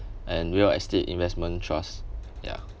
and real estate investment trust ya